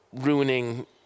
ruining